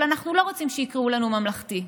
אבל אנחנו לא רוצים שיקראו לנו ממלכתי.